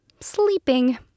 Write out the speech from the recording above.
sleeping